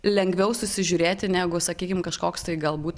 lengviau susižiūrėti negu sakykim kažkoks tai galbūt